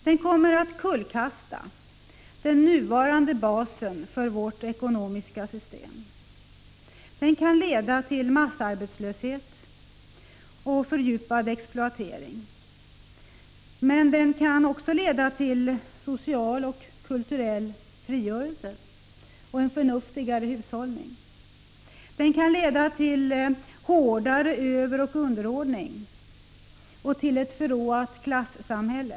Den kommer att kullkasta den nuvarande basen för vårt ekonomiska system. Den kan leda till massarbetslöshet och fördjupad exploatering. Men den kan också leda till social och kulturell frigörelse och en förnuftigare hushållning. Den kan leda till hårdare överoch underordning och till ett förråat klassamhälle.